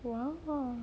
!wow!